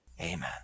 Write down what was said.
Amen